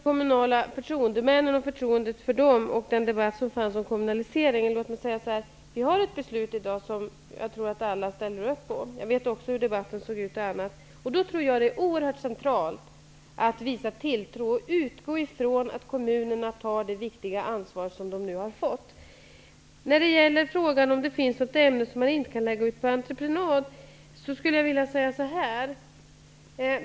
Herr talman! När det gäller misstron mot de kommunala förtroendemännen och den debatt som fördes om kommunaliseringen vill jag bara säga att vi i dag har ett beslut som jag tror att alla ställer upp på. Jag vet också hur debatten såg ut. Därför tror jag att det är oerhört centralt att man visar tilltro och utgår ifrån att kommunerna tar det viktiga ansvar som de nu har fått. Björn Samuelson frågade om det finns något ämne som inte kan läggas ut på entreprenad.